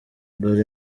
dore